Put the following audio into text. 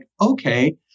Okay